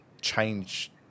change